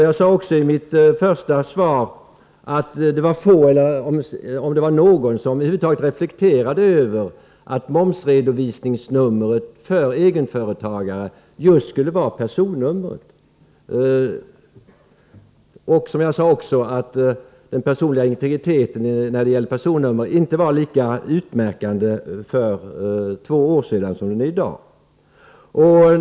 Jag sade också i min första replik att det var få, om ens någon, som för två år sedan över huvud taget reflekterade över att momsredovisningsnumret för egenföretagare skulle vara just personnumret. Jag sade också att den personliga integriteten när det gäller personnummer inte var lika utmärkande då som den är i dag.